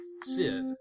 Sid